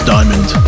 Diamond